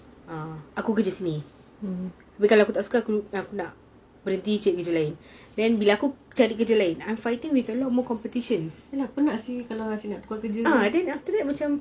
penat penat seh asyik kau kerja